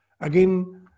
again